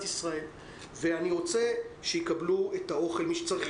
אני רוצה שכל מי שצריך יקבל את האוכל.